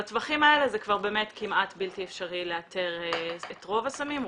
בטווחים האלה זה באמת כמעט בלתי אפשרי לאתר את רוב הסמים.